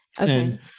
Okay